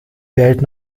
welt